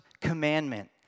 Commandment